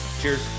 Cheers